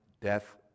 death